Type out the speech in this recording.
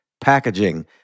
packaging